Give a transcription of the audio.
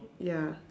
ya